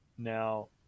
Now